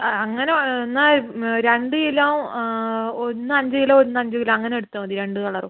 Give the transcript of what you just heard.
ആ അങ്ങനെ എന്നാൽ രണ്ട് കിലോ ഒന്ന് അഞ്ച് കിലോ ഒന്ന് അഞ്ച് കിലോ അങ്ങനെ എടുത്താൽ മതി രണ്ട് കളറും